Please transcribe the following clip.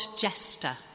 jester